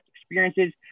experiences